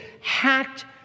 hacked